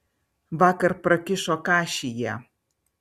vakar prakišo kašį jie